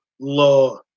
law